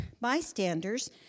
bystanders